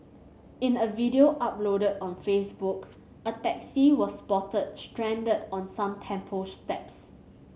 in a video uploaded on Facebook a taxi was spotted stranded on some temple steps